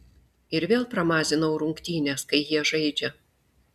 ir vėl pramazinau rungtynes kai jie žaidžia